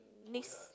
miss